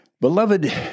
Beloved